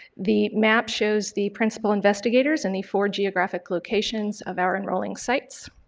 the map shows the principal investigators in the four geographic locations of our enrolling sites.